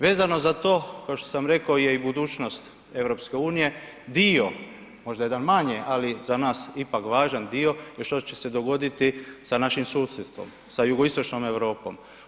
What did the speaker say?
Vezano za to kao što sam rekao je i budućnost EU, dio možda jedan manje, ali za nas ipak važan dio je što će se dogoditi sa našim susjedstvom sa Jugoistočnom Europom.